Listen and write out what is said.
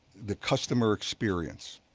the customer experience.